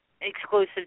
exclusive